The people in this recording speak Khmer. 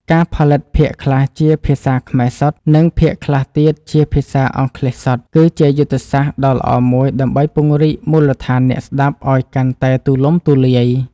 ការផលិតភាគខ្លះជាភាសាខ្មែរសុទ្ធ និងភាគខ្លះទៀតជាភាសាអង់គ្លេសសុទ្ធគឺជាយុទ្ធសាស្ត្រដ៏ល្អមួយដើម្បីពង្រីកមូលដ្ឋានអ្នកស្តាប់ឱ្យកាន់តែទូលំទូលាយ។